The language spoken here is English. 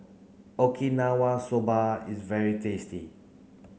Okinawa Soba is very tasty